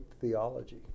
theology